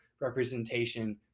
representation